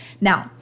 Now